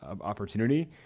opportunity